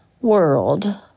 world